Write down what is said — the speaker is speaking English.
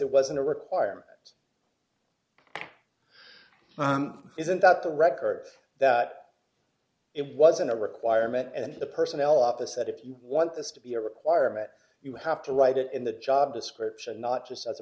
it wasn't a requirement isn't that the records that it wasn't a requirement and the personnel office said if you want this to be a requirement you have to write it in the job description not just as